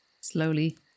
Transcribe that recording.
slowly